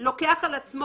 עזוב.